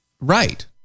right